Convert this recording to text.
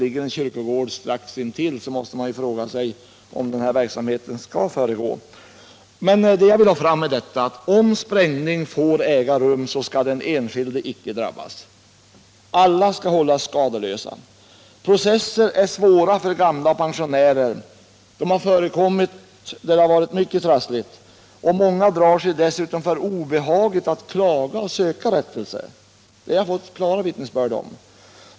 Ligger det en kyrkogård omedelbart intill, måste man ju fråga sig om verksamheten skall få pågå. Vad jag vill komma fram till är detta: Om sprängning får äga rum, skall den enskilde icke drabbas. Alla skall hållas skadeslösa. Processer är svåra för gamla människor. Det har förekommit mycket trassliga processer, och många drar sig dessutom för obehaget att klaga och söka rättelse. Jag har fått klara vittnesbörd om den saken.